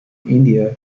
india